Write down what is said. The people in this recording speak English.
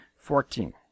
fourteen